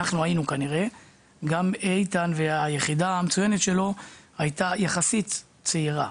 גם איתן והיחידה המצוינת שלו, הייתה יחסית צעירה.